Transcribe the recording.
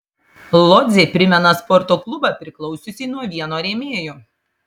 lodzė primena sporto klubą priklausiusį nuo vieno rėmėjo